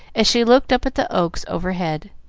as she looked up at the oaks overhead.